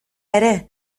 ere